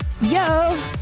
Yo